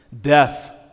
Death